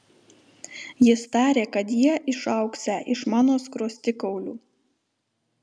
jis tarė kad jie išaugsią iš mano skruostikaulių